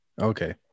Okay